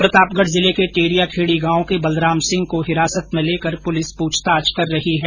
प्रतापगढ जिले के टेरिया खेडी गांव के बलराम सिंह को हिरासत में लेकर पुलिस पूछताछ कर रही है